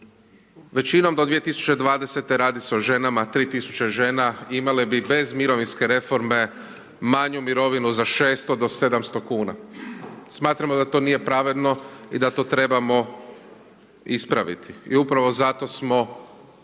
Većinom do 2020. radi se o ženama, 3000 žena imale bi bez mirovinske reforme manju mirovinu za 600 do 700 kuna. smatramo da to nije pravedno i da to trebamo ispraviti. I upravo zato smo